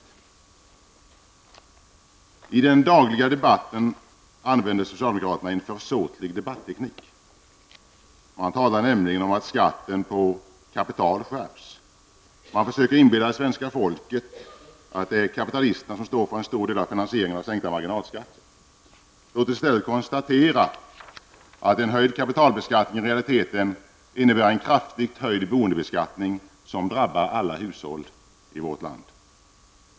I den dagliga debatten använder socialdemokraterna en försåtlig debatteknik. Man talar nämligen om att skatten på kapital skärps. Man försöker inbilla svenska folket att det är kapitalisterna som står för en stor del av finansieringen av sänkta marginalskatter. Låt oss i stället konstatera att en höjd kapitalbeskattning i realiteten innebär en kraftigt höjd boendebeskattning, som drabbar alla hushåll i vårt land.